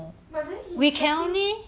but then his study